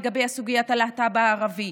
לגבי סוגיית הלהט"ב הערבי.